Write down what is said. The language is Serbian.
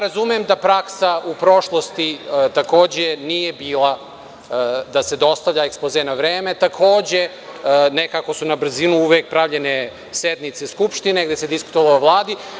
Razumem da praksa u prošlosti takođe nije bila da se dostavlja ekspoze na vreme, takođe, nekako su na brzinu uvek pravljene sednice Skupštine gde se diskutovalo o Vladi.